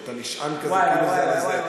אתה נשען כאילו אתה על איזה בר.